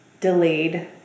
Delayed